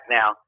now